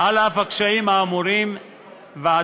אלה שנלחמים בה בשדה